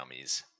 gummies